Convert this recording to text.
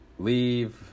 leave